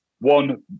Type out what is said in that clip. one